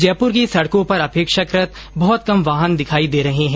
जयपुर की सड़कों पर अपेक्षाकृत बहुत कम वाहन दिखाई दे रहे है